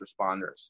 responders